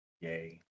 Yay